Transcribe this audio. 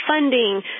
funding